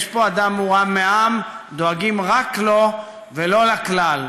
יש פה אדם מורם מעם, דואגים רק לו, ולא לכלל.